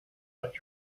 but